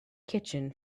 kitchen